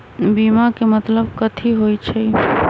बीमा के मतलब कथी होई छई?